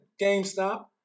GameStop